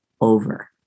over